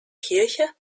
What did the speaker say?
kirche